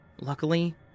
Luckily